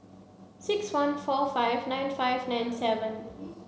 six one four five nine five nine seven